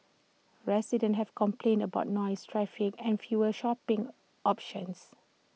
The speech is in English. residents have complained about noise traffic and fewer shopping options